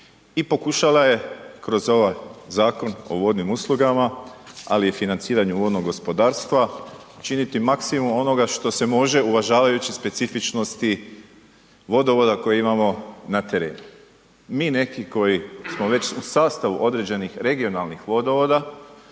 i pokušala je kroz ovaj Zakon o vodnim uslugama, ali i financiranju vodnog gospodarstva činiti maksimum onoga što se može uvažavajući specifičnosti vodovoda koji imamo na terenu. Mi neki koji smo već u sastavu određenih regionalnih vodovoda